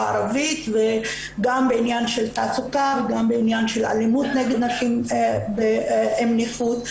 הערבית וגם בעניין של תעסוקה וגם בעניין של אלימות נגד נשים עם נכות,